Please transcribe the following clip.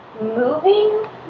moving